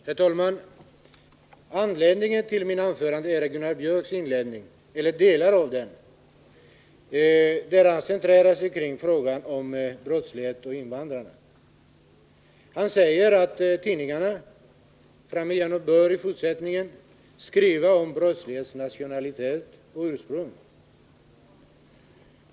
Herr talman! Jag har begärt ordet med anledning av det anförande som Gunnar Biörck i Värmdö höll och där han centrerade sig till frågan om brottslighet och invandrare. Han säger att tidningarna i fortsättningen bör ange brottslingens nationalitet och ursprung.